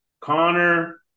Connor